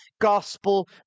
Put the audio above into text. gospel